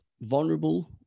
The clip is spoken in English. Vulnerable